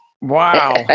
Wow